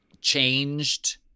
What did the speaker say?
changed